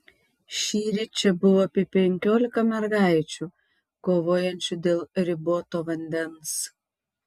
šįryt čia buvo apie penkiolika mergaičių kovojančių dėl riboto vandens